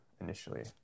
initially